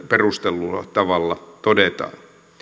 perustellulla tavalla todetaan